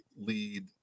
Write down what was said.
lead